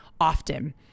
often